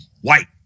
White